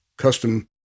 custom